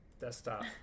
Desktop